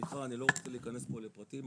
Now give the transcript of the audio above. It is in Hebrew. סליחה אני לא רוצה להיכנס פה לפרטים,